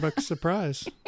surprise